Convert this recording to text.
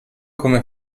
come